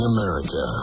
America